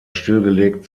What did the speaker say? stillgelegt